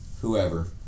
whoever